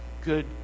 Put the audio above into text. good